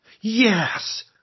yes